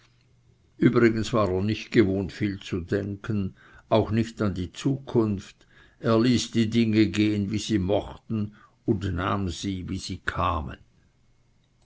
übrigens war er nicht gewohnt viel zu denken auch nicht an die zukunft er ließ die dinge gehen wie sie mochten und nahm sie wie sie kamen